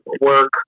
work